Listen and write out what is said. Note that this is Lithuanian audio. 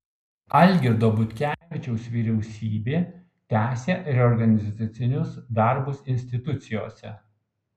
algirdo butkevičiaus vyriausybė tęsią reorganizacinius darbus institucijose